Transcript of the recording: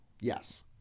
Yes